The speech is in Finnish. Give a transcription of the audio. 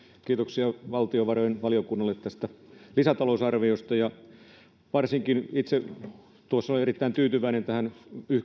kiitoksia valtiovarainvaliokunnalle tästä lisätalousarviosta varsinkin itse olen erittäin tyytyväinen tähän